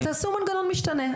אז תעשו מנגנון משתנה,